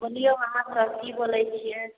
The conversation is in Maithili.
बोलिऔ अहाँसब कि बोले छिए